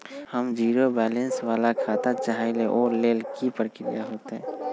हम zero balance वाला खाता चाहइले वो लेल की की प्रक्रिया होतई?